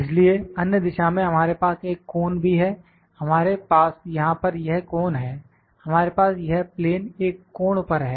इसलिए अन्य दिशा में हमारे पास एक कोन भी है हमारे पास यहां पर यह कोन है हमारे पास यह प्लेन एक कोण पर है